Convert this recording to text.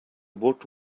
woot